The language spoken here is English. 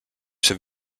are